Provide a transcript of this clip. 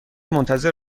منتظر